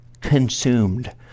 consumed